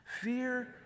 fear